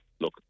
look